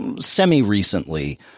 semi-recently